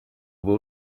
will